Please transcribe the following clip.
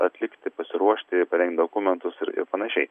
atlikti pasiruošti parengt dokumentus ir ir panašiai